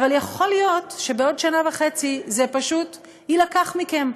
אבל יכול להיות שבעוד שנה וחצי זה פשוט יילקח מכם,